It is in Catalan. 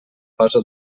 fase